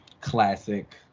classic